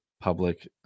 public